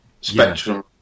spectrum